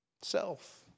Self